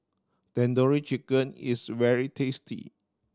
Tandoori Chicken is very tasty